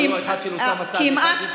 והיו אחת של אוסאמה סעדי,